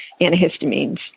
antihistamines